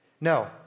no